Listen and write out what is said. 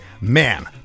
Man